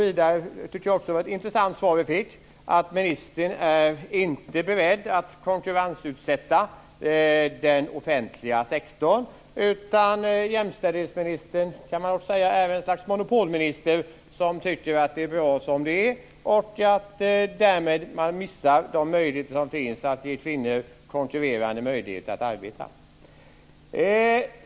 Jag tycker att det var ett intressant svar vi fick om att ministern inte är beredd att konkurrensutsätta den offentliga sektorn. Man kan nog i stället säga att jämställdhetsministern är en slags monopolminister, som tycker att det är bra som det är. Därmed missar man de chanser som finns att ge kvinnor konkurrerande möjligheter att arbeta.